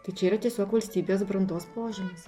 tai čia yra tiesiog valstybės brandos požymis